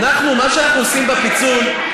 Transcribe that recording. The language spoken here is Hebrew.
מה שאנחנו עושים בפיצול,